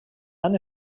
han